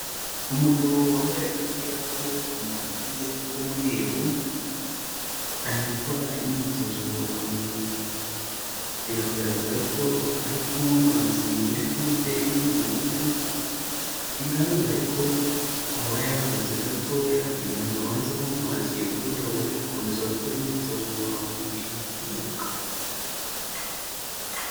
Umugabo wambaye agapira k'amaboko magufiya k'umweru, ari gukora imyitozo ngororamubiri, biragaragara ko ari kunywa amazi muri gurude ye y'ubururu, bigaragare ko abaye ahagaze gatoya kugira ngo abanze anywe amazi ubundi abone gukomeza gukora imyitozo ngororamubiri yiruka.